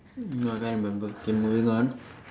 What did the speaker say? no I cannot remember okay moving on